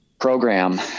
program